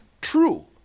true